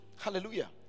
hallelujah